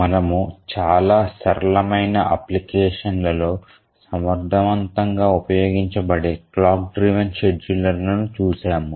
మనము చాలా సరళమైన అప్లికేషన్లలో సమర్థవంతంగా ఉపయోగించబడే క్లాక్ డ్రివెన్ షెడ్యూలర్లను చూశాము